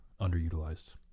underutilized